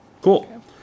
Cool